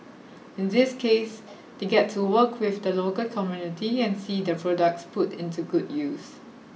in this case they get to work with the local community and see their products put into good use